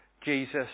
Jesus